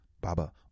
Baba